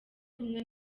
kumwe